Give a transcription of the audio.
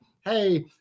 Hey